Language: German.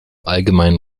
allgemeinen